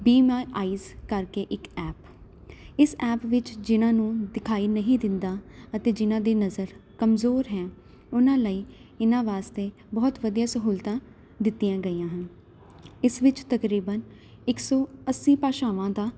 B my eyes ਕਰਕੇ ਇੱਕ app ਇਸ ਐਪ ਵਿੱਚ ਜਿਹਨਾਂ ਨੂੰ ਦਿਖਾਈ ਨਹੀਂ ਦਿੰਦਾ ਅਤੇ ਜਿਹਨਾਂ ਦੀ ਨਜ਼ਰ ਕਮਜ਼ੋਰ ਹੈ ਉਹਨਾਂ ਲਈ ਇਹਨਾਂ ਵਾਸਤੇ ਬਹੁਤ ਵਧੀਆ ਸਹੂਲਤਾਂ ਦਿੱਤੀਆਂ ਗਈਆਂ ਹਨ ਇਸ ਵਿੱਚ ਤਕਰੀਬਨ ਇੱਕ ਸੌ ਅੱਸੀ ਭਾਸ਼ਾਵਾਂ ਦਾ